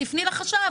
תפני לחשב,